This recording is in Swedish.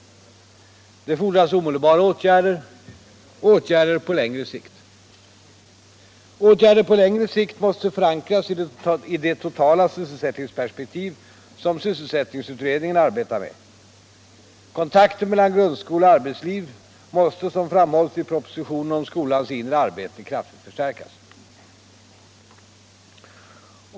Det fordras omedelbara åtgärder och åtgärder på längre sikt. Åtgärder på längre sikt måste förankras i det totala sysselsättningsperspektiv som sysselsättningsutredningen arbetar med. Kontakten mellan grundskola och arbetsliv måste, som framhålls i propositionen om skolans inre arbete, kraftigt förstärkas.